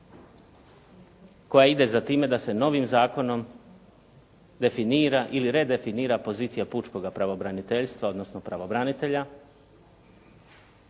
koja ide za time da se novim zakonom definira ili redefinira pozicija pučkoga pravobraniteljstva, odnosno pravobranitelja,